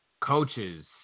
coaches